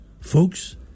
folks